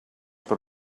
per